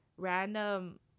random